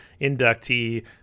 inductee